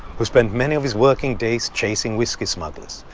who spent many of his working days chasing whisky smugglers,